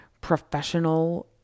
professional